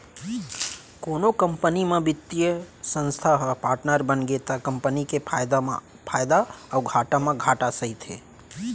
कोनो कंपनी म बित्तीय संस्था ह पाटनर बनगे त कंपनी के फायदा म फायदा अउ घाटा म घाटा सहिथे